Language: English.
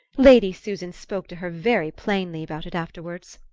lady susan spoke to her very plainly about it afterwards.